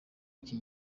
iki